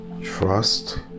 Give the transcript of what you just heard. Trust